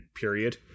Period